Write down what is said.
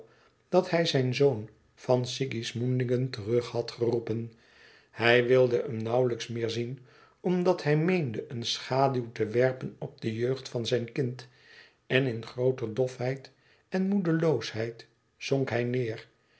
dat hij zijn zoon van sigismundingen terug had geroepen hij wilde hem nauwlijks meer zien omdat hij meende een schaduw te werpen op de jeugd van zijn kind en in grooter dofheid en moedeloosheid zonk hij neêr